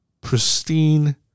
pristine